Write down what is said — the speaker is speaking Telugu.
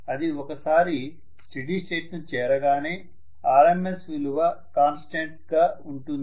అది ఒకసారి స్టీడి స్టేట్ ని చేరగానే RMS విలువ కాన్స్టెంట్ గా ఉంటుంది